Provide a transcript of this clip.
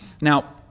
Now